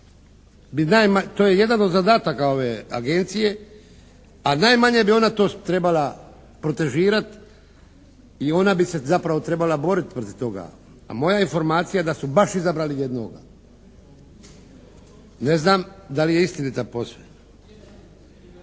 To je jedan od zadataka ove Agencije, a najmanje bi ona to trebala protežirati i ona bi se zapravo trebala boriti protiv toga, a moja je informacija da su baš izabrali jednoga. Ne znam da li je istinita posve.